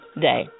day